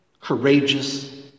courageous